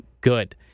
good